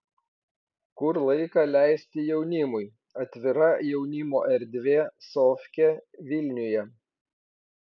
kur laiką leisti jaunimui atvira jaunimo erdvė sofkė vilniuje